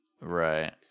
Right